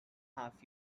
half